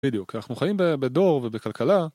בדיוק. אנחנו חיים בדור ובכלכלה